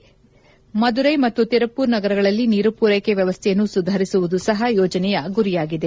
ಜತೆಗೆ ಮಧುರೈ ಮತ್ತು ತಿರುಪ್ಪೂರ್ ನಗರಗಳಲ್ಲಿ ನೀರು ಪೂರೈಕೆ ವ್ಯವಸ್ಥೆಯನ್ನು ಸುಧಾರಿಸುವುದು ಸಹ ಯೋಜನೆಯ ಗುರಿಯಾಗಿದೆ